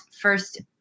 first